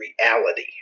reality